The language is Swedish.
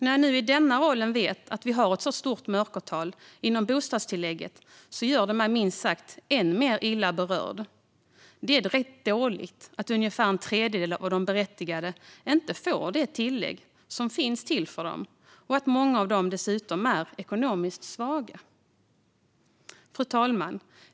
När jag nu i denna roll vet att vi har ett så stort mörkertal inom bostadstillägget gör det mig minst sagt än mer illa berörd. Det är direkt dåligt att ungefär en tredjedel av de berättigade inte får de tillägg som finns till för dem och att många av dem dessutom är ekonomiskt svaga. Fru talman!